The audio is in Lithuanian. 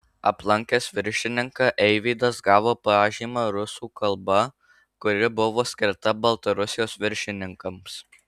aplankęs viršininką eivydas gavo pažymą rusų kalba kuri buvo skirta baltarusijos viršininkams